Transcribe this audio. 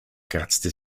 kratzte